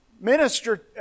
minister